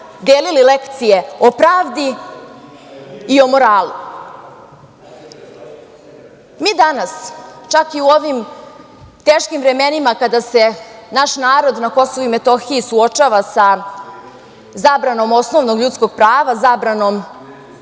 delili lekcije o pravdi i o moralu. Mi danas, čak i u ovim teškim vremenima kada se naš narod na KiM suočava sa zabranom osnovnog ljudskog prava, zabranom